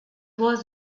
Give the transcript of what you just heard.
was